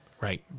Right